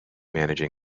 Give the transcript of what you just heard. managing